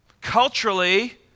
Culturally